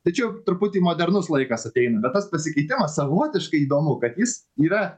tai čia jau truputį modernus laikas ateina bet tas pasikeitimas savotiškai įdomu kad jis yra